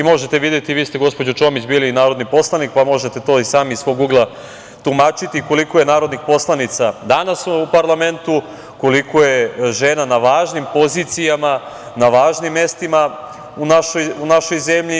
Možete videti, vi ste, gospođo Čomić, bili narodni poslanik, pa možete to i sami iz svog ugla tumačiti, koliko je narodnih poslanica danas u parlamentu, koliko je žena na važnim pozicijama, na važnim mestima u našoj zemlji.